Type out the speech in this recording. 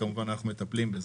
כמובן שאנחנו מטפלים בזה,